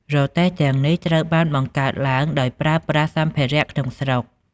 រទេះទាំងនេះ ត្រូវបានបង្កើតឡើងដោយប្រើប្រាស់សម្ភារៈក្នុងស្រុក។